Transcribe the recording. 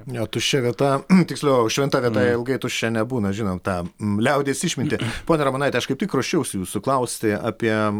nu jo tuščia vieta tiksliau šventa vieta ilgai tuščia nebūna žinom tą liaudies išmintį ponia ramonaite aš kaip tik ruošiausi jūsų klausti apie